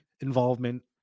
involvement